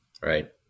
Right